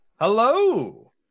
Hello